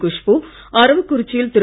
குஷ்பூ அரவக்குறிச்சியில் திரு